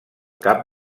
cap